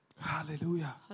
Hallelujah